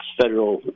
federal